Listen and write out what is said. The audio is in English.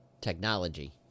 Technology